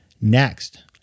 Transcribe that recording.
Next